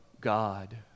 God